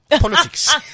Politics